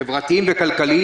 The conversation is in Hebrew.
חברתיים וכלכליים.